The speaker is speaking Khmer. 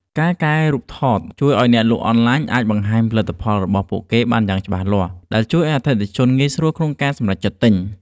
ការកែរូបថតជួយឱ្យអ្នកលក់អនឡាញអាចបង្ហាញផលិតផលរបស់ពួកគេបានយ៉ាងច្បាស់លាស់ ដែលជួយឱ្យអតិថិជនងាយស្រួលក្នុងការសម្រេចចិត្តទិញ។